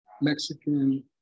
Mexican